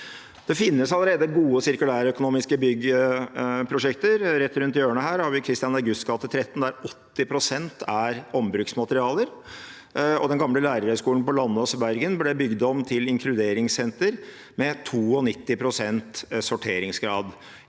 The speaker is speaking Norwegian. Det finnes allerede gode sirkulærøkonomiske byggeprosjekter. Rett rundt hjørnet her har vi Kristian Augusts gate 13, der 80 pst. er ombruksmateriale. Den gamle lærerhøgskolen på Landås i Bergen ble bygd om til inkluderingssenter med 92 pst. sorteringsgrad.